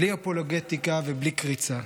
בלי אפולוגטיקה ובלי קריצה.